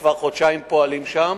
כבר חודשיים פועלים שם,